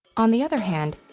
on the other hand,